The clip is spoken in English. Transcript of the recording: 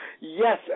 Yes